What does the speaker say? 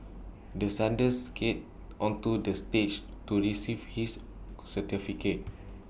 the Sunday skated onto the stage to receive his certificate